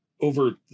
over